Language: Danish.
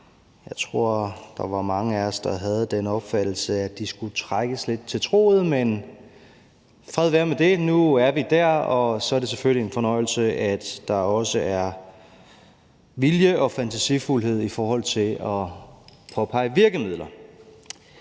Jeg tror, der var mange af os, der havde den opfattelse, at de skulle trækkes lidt til truget. Men fred være med det, nu er vi der, og så er det selvfølgelig en fornøjelse, at der også er vilje og fantasifuldhed i forhold til at pege på virkemidler.